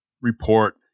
report